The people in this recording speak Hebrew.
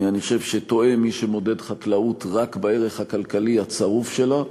אני חושב שטועה מי שמודד חקלאות רק בערך הכלכלי הצרוף שלה.